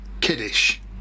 kiddish